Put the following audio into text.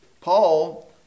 Paul